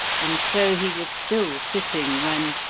and so he was still sitting when,